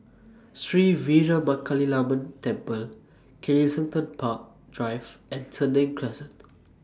Sri Veeramakaliamman Temple Kensington Park Drive and Senang Crescent